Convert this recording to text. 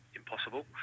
impossible